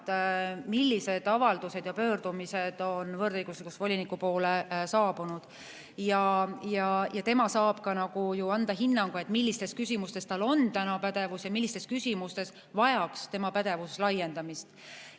millised avaldused ja pöördumised on võrdõiguslikkuse volinikule saabunud. Tema saab anda ka hinnangu, millistes küsimustes tal on pädevus ja millistes küsimustes vajaks tema pädevus laiendamist.